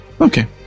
Okay